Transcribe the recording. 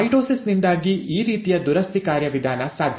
mitosis ನಿಂದಾಗಿ ಈ ರೀತಿಯ ದುರಸ್ತಿ ಕಾರ್ಯವಿಧಾನ ಸಾಧ್ಯ